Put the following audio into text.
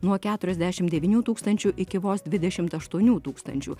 nuo keturiasdešim devynių tūkstančių iki vos dvidešimt aštuonių tūkstančių